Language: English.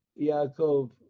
Yaakov